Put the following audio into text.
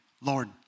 Lord